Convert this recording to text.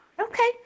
Okay